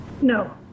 No